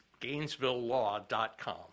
GainesvilleLaw.com